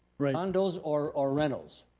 right. condos or or rentals?